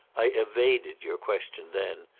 i evaded your question then.